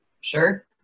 sure